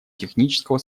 технического